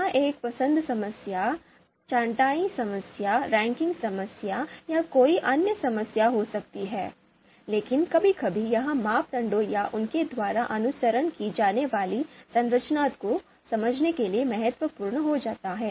यह एक पसंद समस्या छँटाई समस्या रैंकिंग समस्या या कोई अन्य समस्या हो सकती है लेकिन कभी कभी यह मापदंड या उनके द्वारा अनुसरण की जाने वाली संरचना को समझने के लिए महत्वपूर्ण हो जाता है